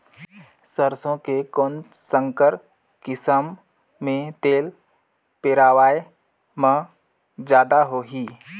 सरसो के कौन संकर किसम मे तेल पेरावाय म जादा होही?